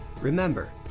Remember